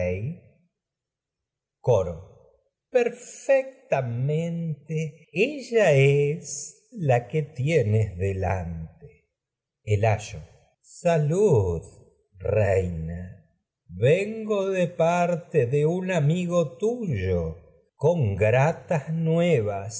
coro perfectamente ella la que tienes delante el ayo salud reina vengo de parte de un amigo tuyo con gratas nuevas